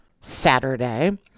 Saturday